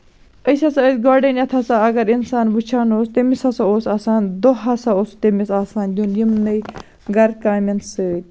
أسۍ ہسا ٲسۍ گۄڈٕنیٚتھ ہسا اَگر اِنسان وُچھان اوس تٔمِس ہسا اوس آسان دۄہ ہسا اوس تٔمِس آسان دیُن یِمنٕے گرٕ کامٮ۪ن سۭتۍ